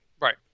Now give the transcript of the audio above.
Right